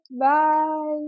Bye